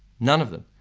none of them.